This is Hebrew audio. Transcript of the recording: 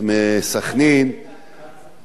לך יש שלוש דקות.